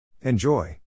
Enjoy